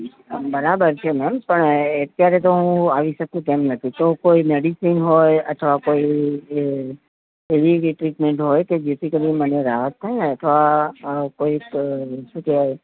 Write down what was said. બરાબર છે મેમ પણ એ અત્યારે તો હું આવી શકું તેમ નથી તો કોઈ મેડિસિન હોય અથવા કોઈ એવી ટ્રીટમેન્ટ હોય કે જેથી કરીને મને રાહત થાય અથવા કોઈ શું કહેવાય